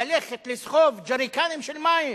ללכת לסחוב ג'ריקנים של מים